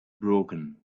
broken